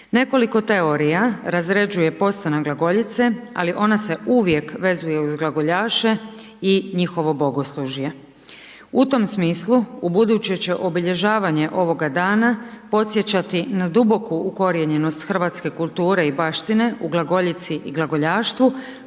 Nekoliko teorija razrađuje postojanje glagoljice ali ona se uvijek vezuje uz glagoljaše i njihovo bogoslužje. U tom smislu u buduće će obilježavanje ovoga dana podsjećati na duboku ukorijenjenost hrvatske kulture i baštine u glagoljici i glagoljaštvu